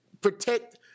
protect